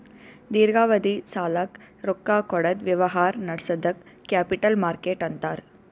ದೀರ್ಘಾವಧಿ ಸಾಲಕ್ಕ್ ರೊಕ್ಕಾ ಕೊಡದ್ ವ್ಯವಹಾರ್ ನಡ್ಸದಕ್ಕ್ ಕ್ಯಾಪಿಟಲ್ ಮಾರ್ಕೆಟ್ ಅಂತಾರ್